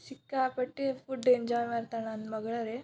ಸಿಕ್ಕಾಪಟ್ಟೆ food enjoy ಮಾಡ್ತಾಳೆ ನನ್ನ ಮಗಳು ರೀ